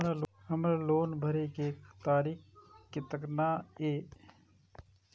हमर लोन भरे के तारीख केतना ये?